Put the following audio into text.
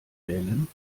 wählen